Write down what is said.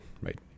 right